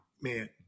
man